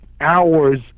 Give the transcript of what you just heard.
hours